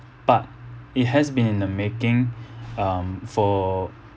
but it has been in the making um for